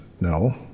no